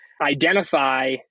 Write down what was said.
identify